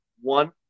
one